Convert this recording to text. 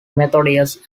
methodius